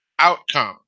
outcome